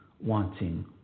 wanting